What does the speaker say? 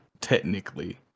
technically